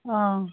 অঁ